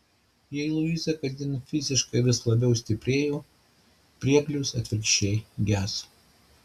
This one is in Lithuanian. jei luiza kasdien fiziškai vis labiau stiprėjo prieglius atvirkščiai geso